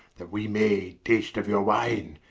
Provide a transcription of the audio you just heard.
that we may taste of your wine,